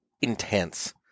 intense